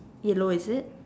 yellow is it